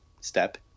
step